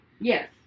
Yes